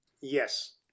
Yes